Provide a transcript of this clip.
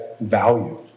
value